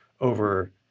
over